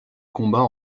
combats